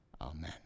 Amen